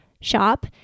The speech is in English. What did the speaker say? shop